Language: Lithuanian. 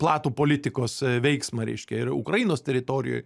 platų politikos veiksmą reiškia ir ukrainos teritorijoj